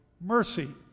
mercy